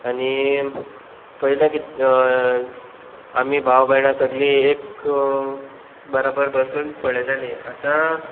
आनी पयलें कित आमी भाव भयणां सगलीं एक बराबर बसून पळयतालीं आतां